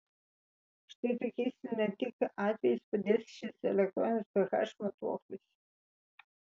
štai tokiais ir ne tik atvejais padės šis elektroninis ph matuoklis